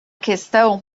questão